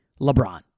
LeBron